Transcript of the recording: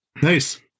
Nice